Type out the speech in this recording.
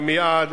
עמיעד,